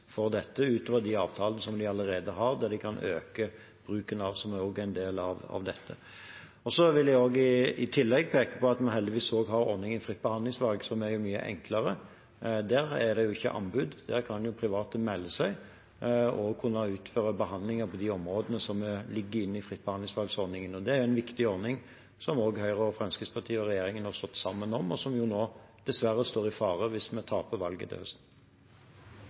for dette, utover de avtalene som de allerede har, som de kan øke bruken av, og som også er en del av dette. Jeg vil i tillegg peke på at vi heldigvis også har ordningen Fritt behandlingsvalg, som er mye enklere. Der er det ikke anbud, der kan private melde seg til å kunne utføre behandlinger på de områdene som ligger inne i Fritt behandlingsvalg-ordningen. Det er en viktig ordning som også Høyre og Fremskrittspartiet og regjeringen har stått sammen om, og som nå dessverre står i fare hvis vi taper valget til høsten.